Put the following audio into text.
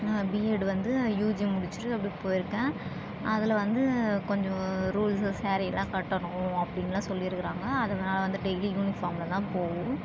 நான் பிஎட் வந்து யுஜி முடிச்சிட்டு அப்படி போயிருக்கேன் அதில் வந்து கொஞ்சம் ரூல்ஸ்ஸு ஸேரீலாம் கட்டணும் அப்படின்லாம் சொல்லிருக்கிறாங்க அதனால வந்து டெய்லியும் யூனிஃபார்ம்ல தான் போகணும்